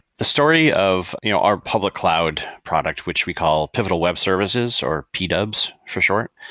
the story of you know our public cloud product, which we call pivotal web services, or p-dubs for short,